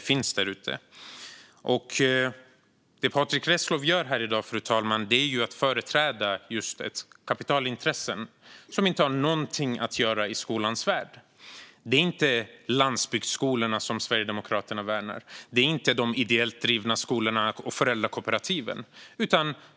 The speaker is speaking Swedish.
finns där ute. Det Patrick Reslow gör här i dag, fru talman, är att företräda kapitalintressen som inte har någonting att göra i skolans värld. Det är inte landsbygdsskolorna som Sverigedemokraterna värnar. Det är inte de ideellt drivna skolorna och föräldrakooperativen.